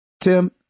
Tim